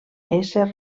ésser